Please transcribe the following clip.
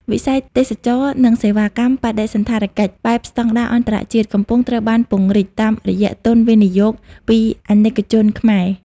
.វិស័យទេសចរណ៍ និងសេវាកម្មបដិសណ្ឋារកិច្ច បែបស្ដង់ដារអន្តរជាតិ កំពុងត្រូវបានពង្រីកតាមរយៈទុនវិនិយោគពី អាណិកជនខ្មែរ ។